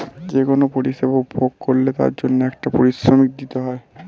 যে কোন পরিষেবা উপভোগ করলে তার জন্যে একটা পারিশ্রমিক দিতে হয়